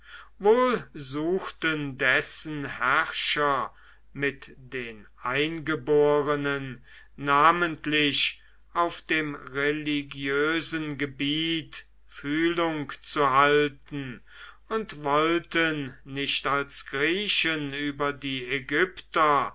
wohl suchten dessen herrscher mit den eingeborenen namentlich auf dem religiösen gebiet fühlung zu halten und wollten nicht als griechen über die ägypter